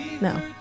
No